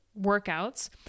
workouts